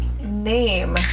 name